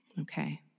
Okay